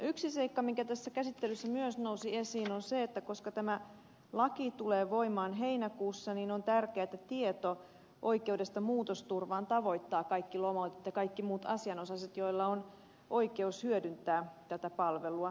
yksi seikka mikä tässä käsittelyssä myös nousi esiin on se että koska tämä laki tulee voimaan heinäkuussa niin on tärkeää että tieto oikeudesta muutosturvaan tavoittaa kaikki lomautetut ja kaikki muut asianosaiset joilla on oikeus hyödyntää tätä palvelua